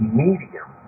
medium